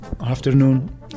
afternoon